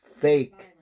fake